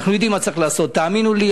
אנחנו יודעים מה צריך לעשות, תאמינו לי.